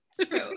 True